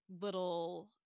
little